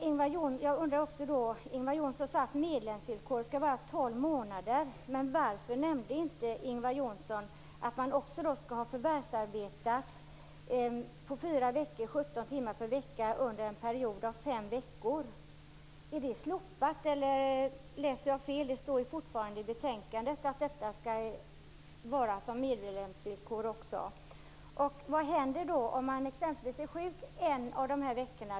Ingvar Johnsson sade att medlemsvillkoret skall vara 12 månader. Men varför nämnde han inte att man också skall ha förvärvsarbetat under fyra veckor i 17 timmar per vecka under en period av fem veckor? Är det slopat, eller läser jag fel? Det står ju fortfarande i betänkandet att detta skall gälla som medlemsvillkor. Vad händer om man exempelvis är sjuk under en av dessa veckor?